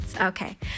Okay